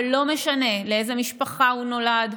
ולא משנה לאיזו משפחה הוא נולד,